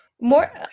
more